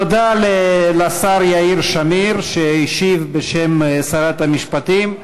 תודה לשר יאיר שמיר, שהשיב בשם שרת המשפטים.